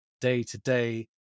day-to-day